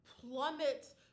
plummets